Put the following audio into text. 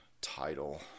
title